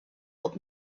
old